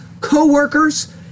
coworkers